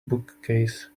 bookcase